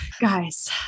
Guys